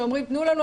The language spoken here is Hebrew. שאומרים: תנו לנו,